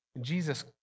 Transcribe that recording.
Jesus